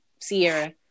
Sierra